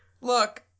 Look